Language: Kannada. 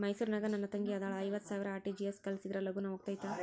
ಮೈಸೂರ್ ನಾಗ ನನ್ ತಂಗಿ ಅದಾಳ ಐವತ್ ಸಾವಿರ ಆರ್.ಟಿ.ಜಿ.ಎಸ್ ಕಳ್ಸಿದ್ರಾ ಲಗೂನ ಹೋಗತೈತ?